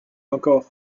encore